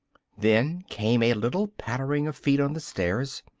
then came a little pattering of feet on the stairs